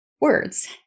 words